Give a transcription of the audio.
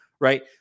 Right